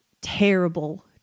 terrible